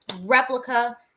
replica